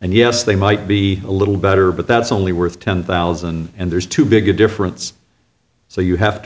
and yes they might be a little better but that's only worth ten thousand and there's too big a difference so you have to